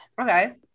Okay